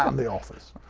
um the office,